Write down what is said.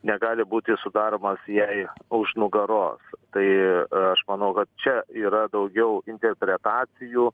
negali būti sudaromas jai už nugaros tai aš manau kad čia yra daugiau interpretacijų